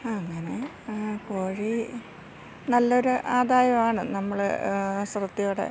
അങ്ങനെ കോഴി നല്ല ഒരു ആദായമാണ് നമ്മൾ ശ്രദ്ധയോടെ